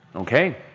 Okay